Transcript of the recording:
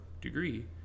degree